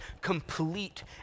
complete